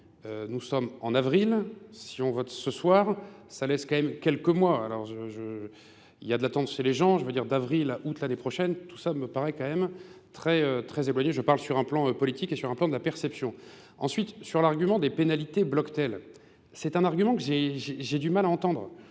Nous sommes en avril, si on vote ce soir, ça laisse quand même quelques mois. Il y a de l'attente chez les gens, je veux dire d'avril à août l'année prochaine. Tout ça me paraît quand même très éloigné. Je parle sur un plan politique et sur un plan de la perception. Ensuite, sur l'argument des pénalités block-tail. C'est un argument que j'ai du mal à entendre.